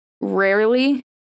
Rarely